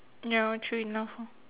ya true enough lor